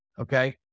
Okay